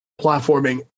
platforming